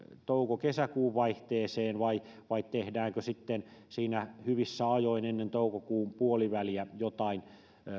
touko kesäkuun vaihteeseen vai vai tehdäänkö siinä hyvissä ajoin ennen toukokuun puoliväliä joitain